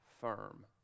firm